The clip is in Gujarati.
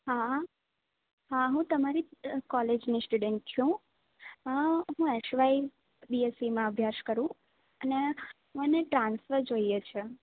હા હું તમારી જ કોલેજની સ્ટુડન્ટ છું હા હું એસવાય બીએસસીમાં અભ્યાસ કરું અને મને ટ્રાન્સફર જોઈએ છે